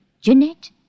Jeanette